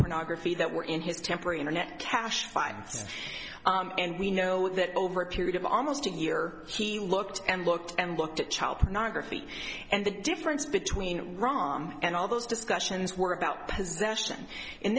pornography that were in his temporary internet cache finds and we know that over a period of almost a year he looked and looked and looked at child pornography and the difference between rahm and all those discussions were about